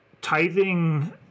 Tithing